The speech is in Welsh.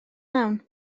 mewn